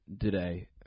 today